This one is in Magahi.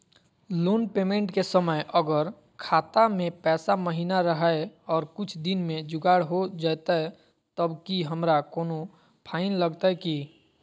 लोन पेमेंट के समय अगर खाता में पैसा महिना रहै और कुछ दिन में जुगाड़ हो जयतय तब की हमारा कोनो फाइन लगतय की?